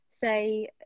say